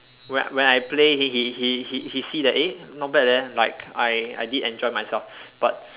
when when I play he he he he he see that eh not bad leh like I I did enjoy myself but